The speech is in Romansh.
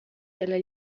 dalla